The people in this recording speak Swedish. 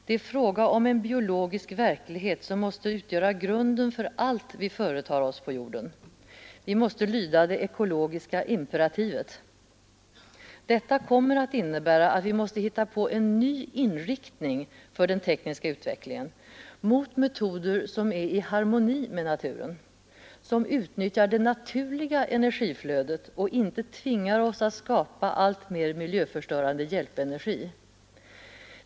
Det är fråga om en biologisk verklighet som måste utgöra grunden för allt vi företar oss på jorden. Vi måste lyda det ekologiska Detta kommer att innebära att vi måste hitta på en ny inriktning för den tekniska utvecklingen, mot metoder som är i harmoni med naturen, som utnyttjar det naturliga energiflödet och inte tvingar oss att skapa alltmer miljöförstörande hjälpenergi.